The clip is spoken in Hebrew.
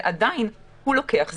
ועדיין הוא לוקח זמן,